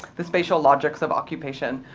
the spatial logics of occupation,